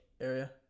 area